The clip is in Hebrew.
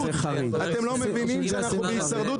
אתם לא מבינים שאנחנו בהישרדות,